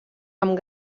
amb